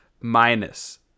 minus